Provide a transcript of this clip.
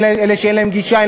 אלה שאין להם גישה,